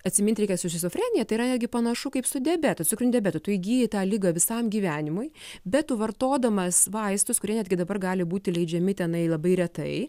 atsimint reikia su šizofrenija tai yra netgi panašu kaip su diabetu cukriniu diabetu tu įgyji tą ligą visam gyvenimui bet vartodamas vaistus kurie netgi dabar gali būti leidžiami tenai labai retai